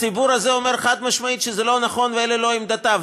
הציבור הזה אומר חד-משמעית שזה לא נכון ואלה לא עמדותיו.